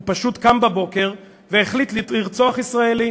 הוא פשוט קם בבוקר והחליט לרצוח ישראלי,